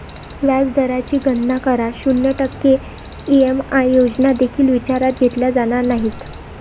व्याज दराची गणना करा, शून्य टक्के ई.एम.आय योजना देखील विचारात घेतल्या जाणार नाहीत